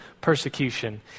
persecution